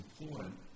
important